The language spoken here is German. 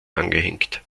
angehängt